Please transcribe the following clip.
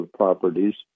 properties